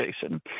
Jason